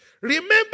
Remember